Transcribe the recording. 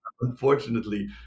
unfortunately